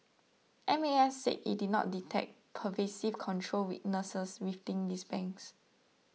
M A S said it did not detect pervasive control weaknesses within these banks